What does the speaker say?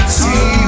see